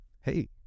Hey